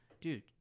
dude